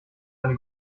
eine